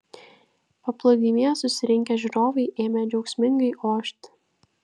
paplūdimyje susirinkę žiūrovai ėmė džiaugsmingai ošti